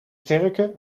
sterke